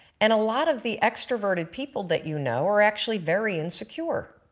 and a lot of the extroverted people that you know are actually very insecure,